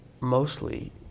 mostly